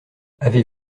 avez